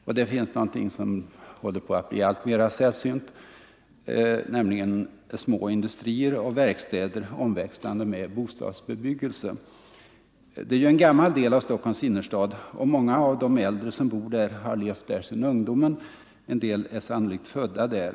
Det finns också någonting som håller på att bli alltmera sällsynt, nämligen små industrier och verkstäder omväxlande med bostadsbebyggelse. Detta är ju en gammal del av Stockholms innerstad, och många av de äldre som bor här har levt här sedan ungdomen; en del är sannolikt födda här.